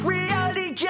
Reality